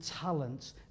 talents